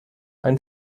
ein